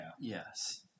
Yes